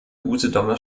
usedomer